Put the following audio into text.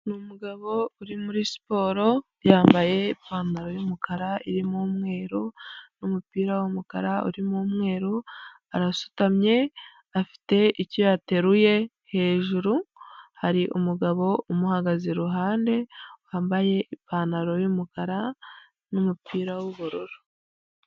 Ni umugabo uri muri siporo, yambaye ipantaro y'umukara irimo umweru, n'umupira w'umukara urimo umweru, arasutamye afite icyo yateruye hejuru, hari umugabo umuhagaze iruhande wambaye ipantaro y'umukara n'umupira w'ubururu.